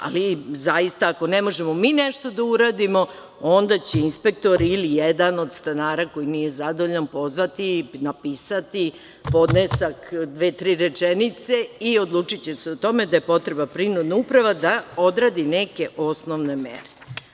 Ali, zaista ako ne možemo mi nešto da uradimo, onda će inspektori, ili jedan od stanara koji nije zadovoljan pozvati, napisati podnesak, dve-tri rečenice i odlučiće se o tome da potrebna prinudna uprava, da odradi neke osnovne mere.